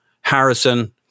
Harrison